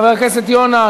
חבר הכנסת יונה,